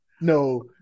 no